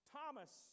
Thomas